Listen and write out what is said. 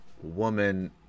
woman